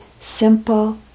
simple